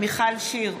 מיכל שיר,